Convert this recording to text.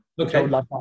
Okay